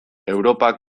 europak